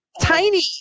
Tiny